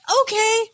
okay